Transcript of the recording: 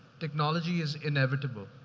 technology is inevitable.